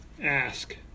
ask